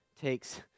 takes